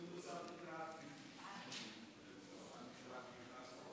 לרשותך, אדוני, שלוש